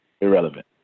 irrelevant